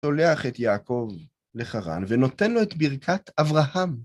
שולח את יעקב לחרן ונותן לו את ברכת אברהם.